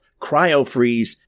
CryoFreeze